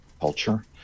culture